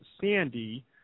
Sandy